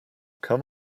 come